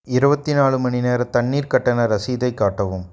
இருபத்தி நாலு மணி நேரத் தண்ணிர் கட்டண ரசீதைக் காட்டவும்